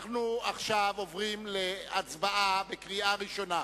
אנחנו עוברים עכשיו להצבעה בקריאה ראשונה.